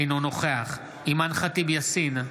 אינו נוכח אימאן ח'טיב יאסין,